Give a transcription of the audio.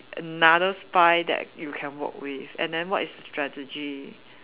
another spy that you can work with and then what is the strategy